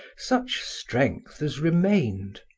such strength as remained.